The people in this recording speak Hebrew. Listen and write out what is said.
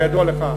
כידוע לך,